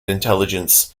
intelligence